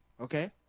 Okay